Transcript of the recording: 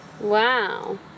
Wow